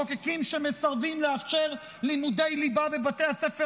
מחוקקים שמסרבים לאפשר לימודי ליבה בבתי הספר